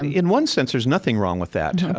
in one sense, there's nothing wrong with that.